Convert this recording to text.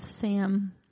Sam